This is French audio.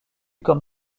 comme